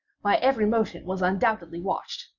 my every motion was undoubtedly watched.